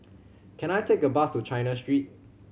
can I take a bus to China Street